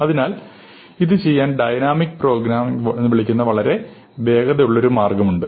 അതിനാൽ ഇത് ചെയ്യാൻ ഡൈനാമിക് പ്രോഗ്രാം എന്ന് വിളിക്കപ്പെടുന്ന വളരെ വേഗതയുള്ള ഒരു മാർഗമുണ്ട്